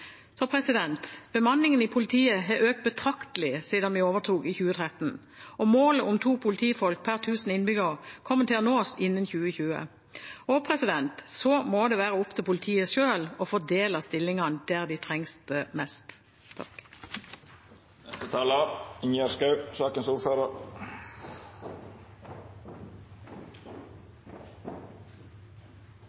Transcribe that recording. så sårt trenger for å kunne etterforske den kriminaliteten vi nå ser mest av. Bemanningen i politiet har økt betraktelig siden vi overtok i 2013, og målet om to politifolk per tusen innbyggere kommer til å bli nådd innen 2020, og så må det være opp til politiet selv å fordele stillingene der de trengs mest. I det